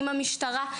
עם המשטרה,